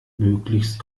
möglichst